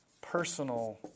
personal